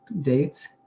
dates